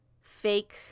fake